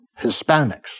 Hispanics